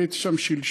אני הייתי שם שלשום,